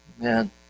Amen